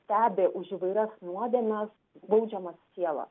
stebi už įvairias nuodėmes baudžiamas sielas